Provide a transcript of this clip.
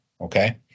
okay